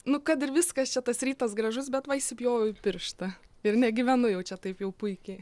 nu kad ir viskas čia tas rytas gražus bet va įsipjoviau pirštą ir negyvenu jau čia taip jau puikiai